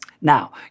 Now